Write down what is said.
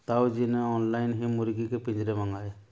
ताऊ जी ने ऑनलाइन ही मुर्गी के पिंजरे मंगाए